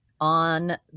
on